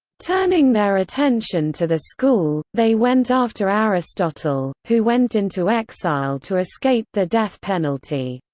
turning their attention to the school, they went after aristotle, who went into exile to escape the death penalty.